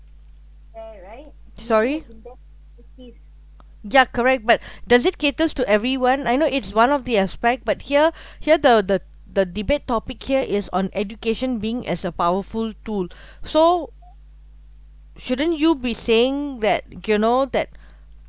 sorry ya correct but does it caters to everyone I know it's one of the aspect but here here the the debate topic here is on education being as a powerful tool so shouldn't you be saying that you know that